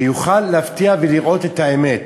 שיוכל להפתיע ולראות את האמת.